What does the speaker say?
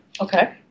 Okay